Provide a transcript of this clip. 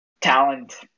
talent